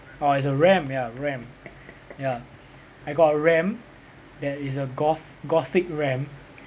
ah it's a ram ya ram ya I got a ram that is a goth gothic ram